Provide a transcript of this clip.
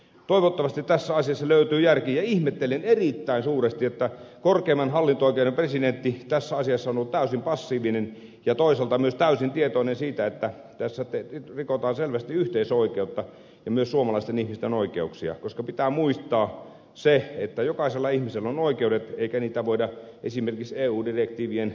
toivottavasti tässä asiassa löytyy järki ja ihmettelen erittäin suuresti että korkeimman hallinto oikeuden presidentti tässä asiassa on ollut täysin passiivinen ja toisaalta myös täysin tietoinen siitä että tässä rikotaan selvästi yhteisöoikeutta ja myös suomalaisten ihmisten oikeuksia koska pitää muistaa se että jokaisella ihmisellä on oikeudet eikä niitä voida esimerkiksi eu direktiivien nojalla polkea